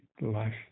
life